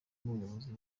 n’ubuyobozi